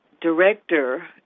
Director